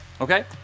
Okay